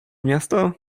miasta